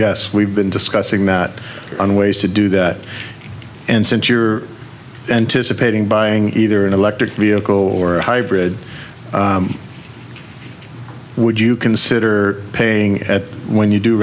yes we've been discussing that on ways to do that and since you're anticipating buying either an electric vehicle or a hybrid would you consider paying when you do